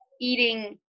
eating